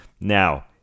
Now